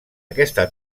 aquesta